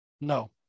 No